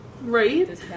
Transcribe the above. Right